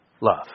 Love